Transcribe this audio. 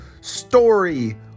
story